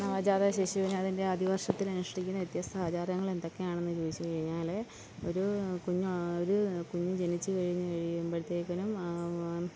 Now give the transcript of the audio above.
നവജാതശിശുവിനെ അതിൻ്റെ ആദ്യ വർഷത്തിൽ അനുഷ്ഠിക്കുന്ന വ്യത്യസ്ത ആചാരങ്ങൾ എന്തൊക്കെയാണെന്ന് ചോദിച്ചു കഴിഞ്ഞാൽ ഒരു കുഞ്ഞ് ഒരു കുഞ്ഞ് ജനിച്ചുകഴിഞ്ഞു കഴിയുമ്പോഴത്തേക്കിനും